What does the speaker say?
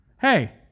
hey